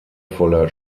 voller